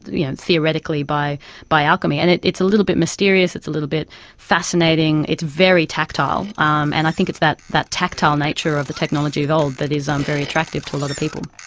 and theoretically by by alchemy, and it's it's a little bit mysterious, it's a little bit fascinating, it's very tactile, um and i think it's that that tactile nature of the technology at all that is um very attractive to a lot of people.